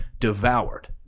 devoured